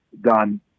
done